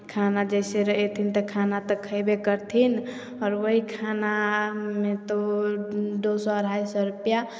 खाना जाहिसऽ एथिन तऽ खाना तऽ खयबे करथिन आओर वही खानामे तऽ दो सए अढ़ाय सए रुपैआ